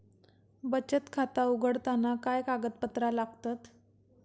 बचत खाता उघडताना काय कागदपत्रा लागतत?